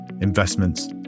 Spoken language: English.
investments